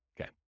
okay